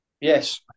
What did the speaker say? yes